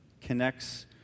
connects